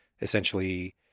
essentially